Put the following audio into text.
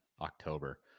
October